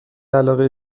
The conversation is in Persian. علاقه